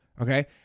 okay